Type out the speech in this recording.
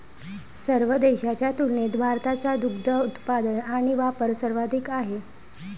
सर्व देशांच्या तुलनेत भारताचा दुग्ध उत्पादन आणि वापर सर्वाधिक आहे